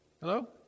Hello